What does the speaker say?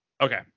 Okay